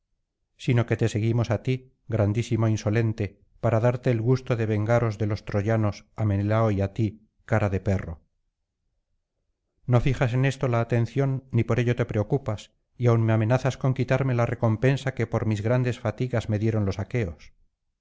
sino que te seguimos á ti grandísimo insolente para darte el gusto de vengaros de los troyanos á menelao y á ti cara de perro no fijas en esto la atención ni por ello te preocupas y aun me amenazas con quitarme la recompensa que por mis grandes fatigas me dieron los aqueos